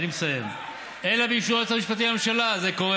אני המשכתי על הזמן של חבר הכנסת יאיר לפיד.